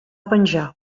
penjar